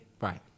Right